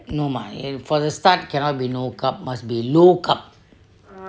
no mah for the start cannot be no carb must be low carb